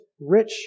rich